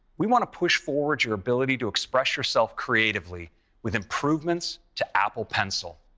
we want to push forward your ability to express yourself creatively with improvements to apple pencil.